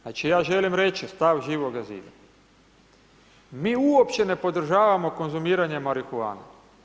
Znači, ja želim reći stav Živoga zida, mi uopće ne podržavamo konzumiranje marihuane.